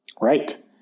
Right